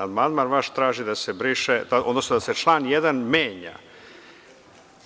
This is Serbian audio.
Amandman vaš traži da se briše, odnosno da se član 1. menja